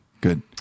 Good